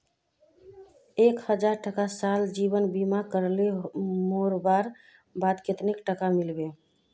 एक हजार टका साल जीवन बीमा करले मोरवार बाद कतेक टका मिलबे?